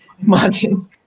Imagine